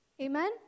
Amen